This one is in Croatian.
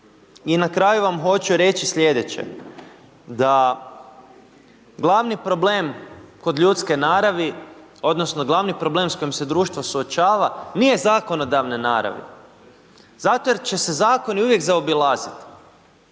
I na kraju vam hoću reći slijedeće, da glavni problem kod ljudske naravi odnosno glavni problem s kojim se društvo suočava nije zakonodavne naravi. Zato jer će se zakoni uvijek zaobilaziti,